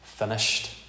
finished